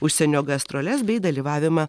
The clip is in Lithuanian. užsienio gastroles bei dalyvavimą